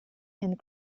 and